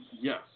Yes